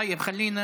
טוב, ח'לינה,